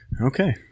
Okay